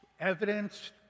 evidence